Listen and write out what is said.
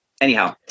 anyhow